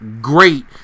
great